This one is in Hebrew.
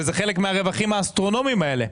וזה חלק מהרווחים האסטרונומים האלה.